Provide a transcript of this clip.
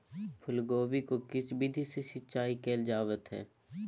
फूलगोभी को किस विधि से सिंचाई कईल जावत हैं?